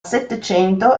settecento